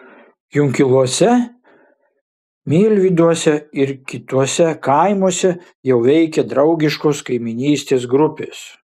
junkiluose milvyduose ir kituose kaimuose jau veikia draugiškos kaimynystės grupės